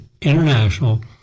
international